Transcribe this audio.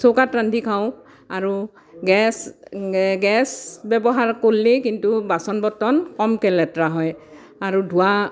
চৌকাত ৰান্ধি খাওঁ আৰু গেছ গেছ ব্যৱহাৰ কৰিলে কিন্তু বাচন বৰ্তন কমকৈ লেতৰা হয় আৰু ধোৱা